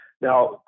Now